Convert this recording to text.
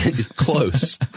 Close